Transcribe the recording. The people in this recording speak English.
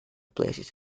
places